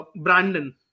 Brandon